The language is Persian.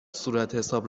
صورتحساب